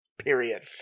Period